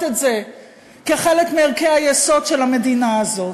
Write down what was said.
את זה כחלק מערכי היסוד של המדינה הזאת.